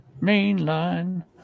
Mainline